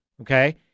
okay